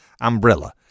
umbrella